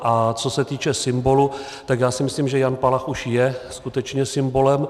A co se týče symbolu, tak já si myslím, že Jan Palach už je skutečně symbolem.